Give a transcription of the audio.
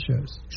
shows